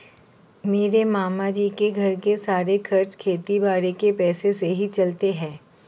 मेरे मामा जी के घर के सारे खर्चे खेती बाड़ी के पैसों से ही चलते हैं